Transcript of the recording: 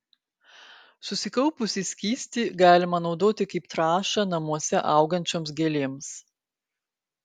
susikaupusį skystį galima naudoti kaip trąšą namuose augančioms gėlėms